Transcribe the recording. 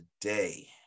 today